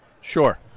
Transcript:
Sure